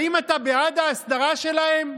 האם אתה בעד ההסדרה שלהם?